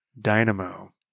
dynamo